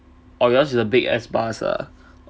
oh yours is a big ass bus ah